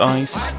ice